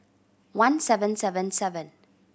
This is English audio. one seven seven seven